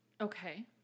Okay